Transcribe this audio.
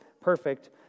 perfect